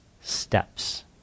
steps